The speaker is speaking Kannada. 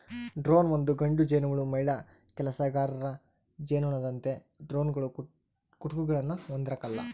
ಡ್ರೋನ್ ಒಂದು ಗಂಡು ಜೇನುಹುಳು ಮಹಿಳಾ ಕೆಲಸಗಾರ ಜೇನುನೊಣದಂತೆ ಡ್ರೋನ್ಗಳು ಕುಟುಕುಗುಳ್ನ ಹೊಂದಿರಕಲ್ಲ